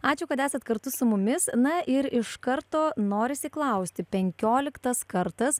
ačiū kad esat kartu su mumis na ir iš karto norisi klausti penkioliktas kartas